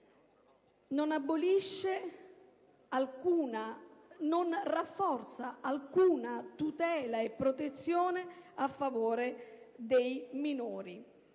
non rafforza alcuna tutela e alcuna protezione in favore dei minori.